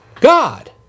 God